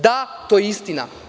Da, to je istina.